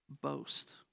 boast